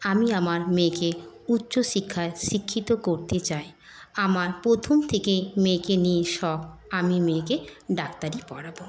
আমি আমার মেয়েকে উচ্চ শিক্ষায় শিক্ষিত করতে চাই আমার প্রথম থেকে মেয়েকে নিয়ে শখ আমি মেয়েকে ডাক্তারি পড়াবো